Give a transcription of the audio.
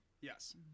Yes